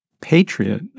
patriot